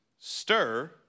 stir